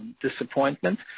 disappointment